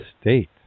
state